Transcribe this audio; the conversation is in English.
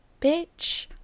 bitch